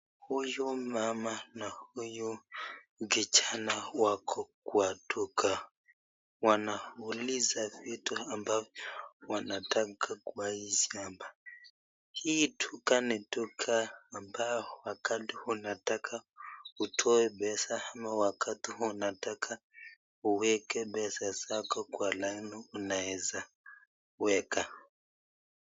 Huyu mama na huyu kijana wako kwa duka wanaulisa vitu ambayo wanataka Kwa duka hii duka ni duka mbayo wakati unataka utoe pesa ama wakati unataka uweke pesa zako Kwa laini unaeza weka.